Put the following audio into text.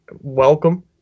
welcome